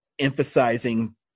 emphasizing